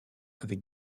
avec